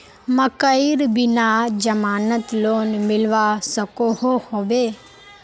मकईर बिना जमानत लोन मिलवा सकोहो होबे?